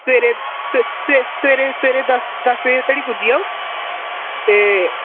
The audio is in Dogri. सबेरै स स सबेरे सबेरे दस दस धोड़ी पुज्जी जाओ ते